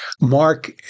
mark